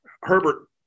Herbert